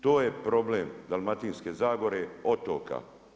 To je problem Dalmatinske zagore otoka.